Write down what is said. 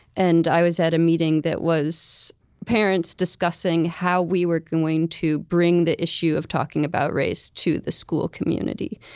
and i was at a meeting that was parents discussing how we were going to bring the issue of talking about race to the school community.